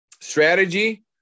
strategy